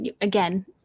again